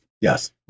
Yes